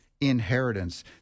inheritance